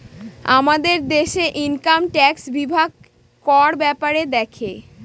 আমাদের দেশে income tax বিভাগ কর ব্যাপারে দেখে